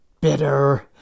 bitter